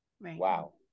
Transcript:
Wow